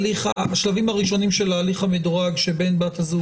השלבים הראשונים של ההליך המדורג שבן או בת הזוג